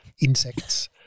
insects